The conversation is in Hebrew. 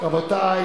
רבותי,